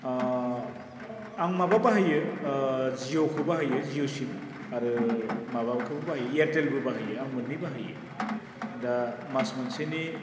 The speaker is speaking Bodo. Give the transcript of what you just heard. आं माबा बाहायो जिअ' खौ बाहायो जिअ' सिम आरो माबाखौबो बाहायो एयारटेलबो बाहायो आं मोन्नै बाहायो दा मास मोनसेनि